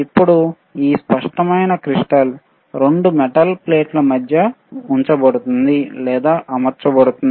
ఇప్పుడు ఈ స్పష్టమైన క్రిస్టల్ 2 మెటల్ ప్లేట్ల మధ్య ఉంచబడింది లేదా అమర్చబడింది